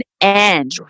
end